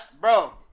bro